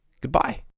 goodbye